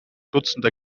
dutzender